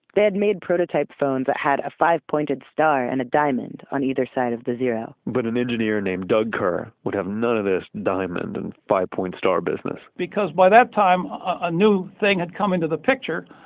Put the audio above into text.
they had made prototype phone that had a five pointed star and a diamond on either side of the zero. but an engineer named doug kerr would have none of this diamond and five point star business. because by that time, a new thing had come into the picture.